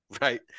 right